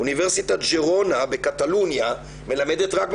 אוניברסיטת ז'ירונה בקטלוניה מלמדת רק בקטלאנית.